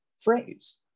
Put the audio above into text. phrase